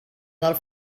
del